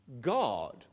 god